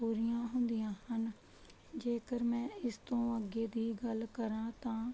ਪੂਰੀਆਂ ਹੁੰਦੀਆਂ ਹਨ ਜੇਕਰ ਮੈਂ ਇਸ ਤੋਂ ਅੱਗੇ ਦੀ ਗੱਲ ਕਰਾਂ ਤਾਂ